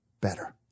better